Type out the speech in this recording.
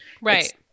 Right